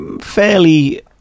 fairly